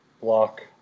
block